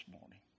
morning